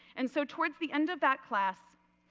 and so towards the end of that class,